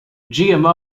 gmo